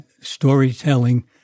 Storytelling